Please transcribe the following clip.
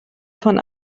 von